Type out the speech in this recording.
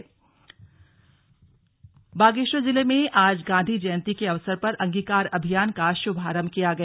अंगीकार योजना बागेश्वर जिले में आज गांधी जयंती के अवसर पर अंगीकार अभियान का शुभारम्भ किया गया